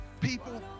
people